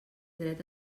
dret